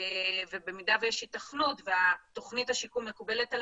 ובמידה ויש היתכנות ותכנית השיקום מקובלת על